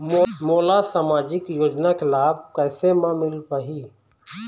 मोला सामाजिक योजना के लाभ कैसे म मिल पाही?